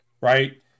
right